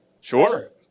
Sure